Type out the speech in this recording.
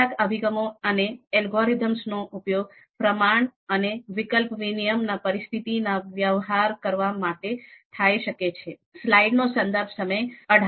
કેટલાક અભિગમો અને એલ્ગોરિધમ્સ નો ઉપયોગ પ્રમાણ અને વિકલ્પ વિનિમય ના પરીસ્થીતી ના વ્યવહાર કરવા માટે થઈ શકે છે